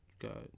got